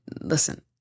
listen